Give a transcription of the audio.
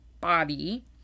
body